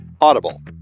Audible